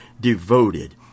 devoted